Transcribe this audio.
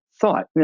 thought